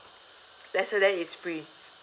lesser then is free